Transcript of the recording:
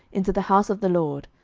into the house of the lord,